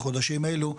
בחודשים אלו,